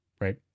right